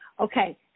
Okay